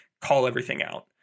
call-everything-out